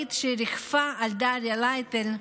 הנוראית שריחפה על דריה לייטל.